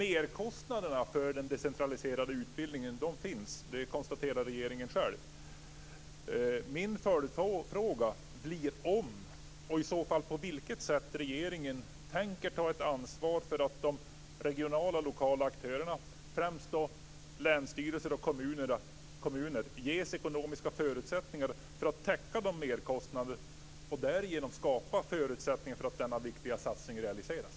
Fru talman! Regeringen konstaterar själv att det finns merkostnader för den decentraliserade utbildningen. Min följdfråga blir om och i så fall på vilket sätt regeringen tänker ta ett ansvar för att de regionala och lokala aktörerna, främst länsstyrelser och kommuner, ges ekonomiska förutsättningar för att täcka dessa merkostnader och därigenom kan skapa förutsättningar för att denna viktiga satsning realiseras.